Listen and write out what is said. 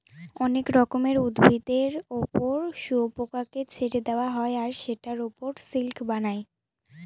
অনেক রকমের উদ্ভিদের ওপর শুয়োপোকাকে ছেড়ে দেওয়া হয় আর সেটার ওপর সিল্ক বানায়